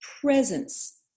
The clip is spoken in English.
presence